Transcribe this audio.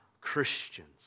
Christians